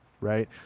right